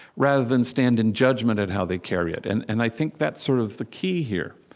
rather than stand in judgment at how they carry it? and and i think that's sort of the key here.